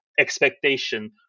expectation